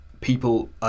people